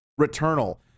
Returnal